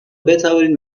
بتوانید